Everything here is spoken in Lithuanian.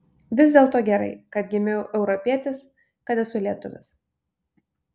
vis dėlto gerai kad gimiau europietis kad esu lietuvis